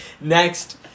next